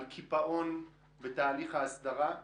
על קיפאון בתהליך ההסדרה.